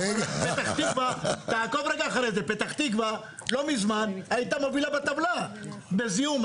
פתח תקווה הייתה לא מזמן מובילה בטבלת הזיהום.